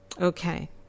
Okay